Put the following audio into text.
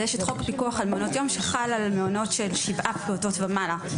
יש את חוק פיקוח על מעונות יום שחל על מעונות של שבעה פעוטות ומעלה.